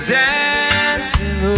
dancing